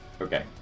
Okay